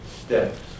steps